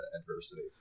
adversity